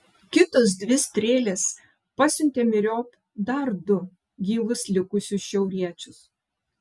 kitos dvi strėlės pasiuntė myriop dar du gyvus likusius šiauriečius